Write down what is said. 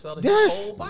Yes